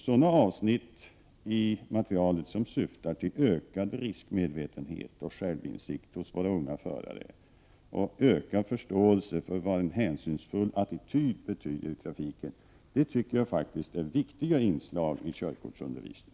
Sådana avsnitt i materialet som syftar till ökad riskmedvetenhet och självinsikt hos våra unga förare och som ökar förståelsen för vad en hänsynsfull attityd betyder i trafiken anser jag faktiskt vara viktiga inslag i körkortsundervisningen.